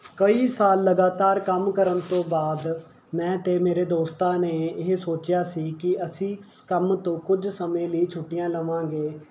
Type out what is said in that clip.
ਕਈ ਸਾਲ ਲਗਾਤਾਰ ਕੰਮ ਕਰਨ ਤੋਂ ਬਾਅਦ ਮੈਂ ਅਤੇ ਮੇਰੇ ਦੋਸਤਾਂ ਨੇ ਇਹ ਸੋਚਿਆ ਸੀ ਕੀ ਅਸੀਂ ਕੰਮ ਤੋਂ ਕੁੱਝ ਸਮੇਂ ਲਈ ਛੁੱਟੀਆਂ ਲਵਾਂਗੇ